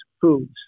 Foods